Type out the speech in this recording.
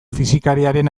fisikariaren